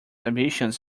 ambitions